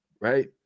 Right